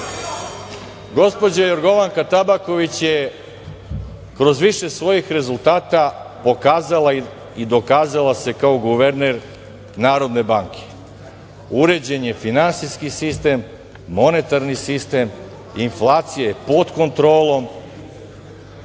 Gospođa Tabaković je kroz više svojih rezultata pokazala i dokazala se kao guverner Narodne banke. Uređen je međunarodni sistem, monetarni sistem, inflacija je pod kontrolom,